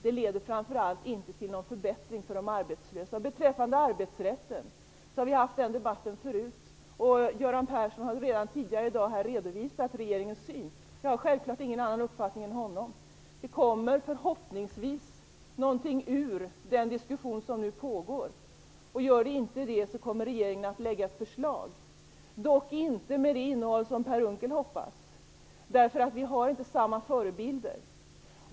Det leder framför allt inte till någon förbättring för de arbetslösa. Debatten om arbetsrätten har vi haft tidigare. Göran Persson har redan tidigare i dag redovisat regeringens syn. Jag har självklart ingen annan uppfattning än han. Det kommer förhoppningsvis någonting ut ur den diskussion som nu pågår, och om det inte gör det kommer regeringen att lägga fram ett förslag, dock inte med det innehåll som Per Unckel hoppas på. Vi har nämligen inte samma förebilder.